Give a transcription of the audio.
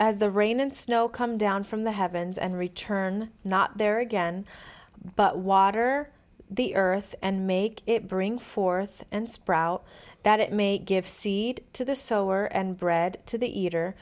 as the rain and snow come down from the heavens and return not there again but water the earth and make it bring forth and sprout that it may give seed to the so were and bread to the eater